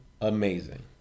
amazing